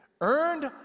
Earned